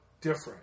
different